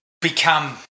become